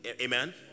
amen